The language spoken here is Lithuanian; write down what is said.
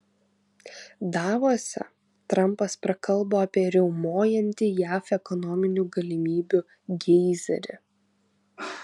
davose trampas prakalbo apie riaumojantį jav ekonominių galimybių geizerį